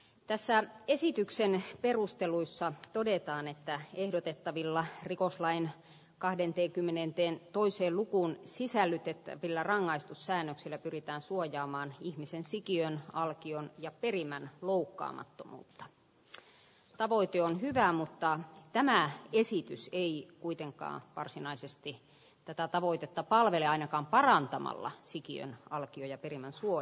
tässä on esityksen perusteluissa todetaan että ehdotettavilla rikoslain kahden teit kymmenenteen toisen lukuun sisällytettävillä rangaistussäännöksellä pyritään suojaamaan ihmisen sikiön alkion ja perimän loukkaamattomuutta tavoite on hyvää mutta tänään is like it kuitenkaan varsinaisesti tätä tavoitetta palvele ainakaan parantamalla sikiön alkio ja perin asua